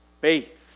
faith